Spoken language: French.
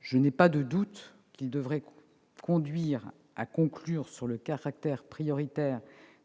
Je ne doute pas qu'il devrait conclure au caractère prioritaire